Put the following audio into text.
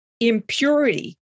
impurity